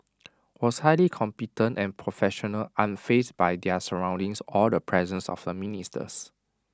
was highly competent and professional unfazed by their surroundings or the presence of the ministers